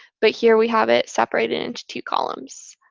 but here we have it separate into two columns.